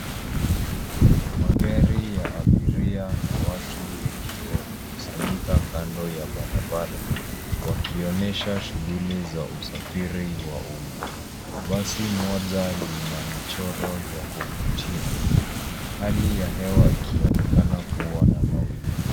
Magari ya abiria na watu wengi wamekusanyika kando ya barabara wakionyesha shughuli za usafiri wa umma. Basi moja lina michoro ya kuvutia. Hali ya hewa ikionekana kuwa na mawingu.